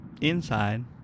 Inside